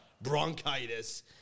bronchitis